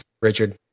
Richard